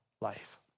life